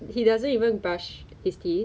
他 rather get 那个 money instead of